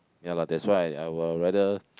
ya lah that's why I will rather